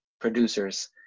producers